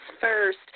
First